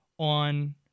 on